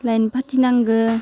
line फाथिनांगो